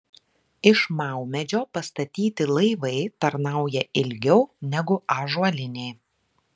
iš maumedžio pastatyti laivai tarnauja ilgiau negu ąžuoliniai